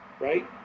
right